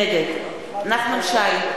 נגד נחמן שי,